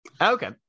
okay